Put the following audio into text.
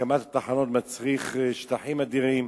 הקמת התחנות מצריכה שטחים אדירים.